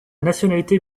nationalité